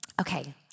Okay